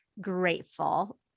grateful